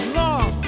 long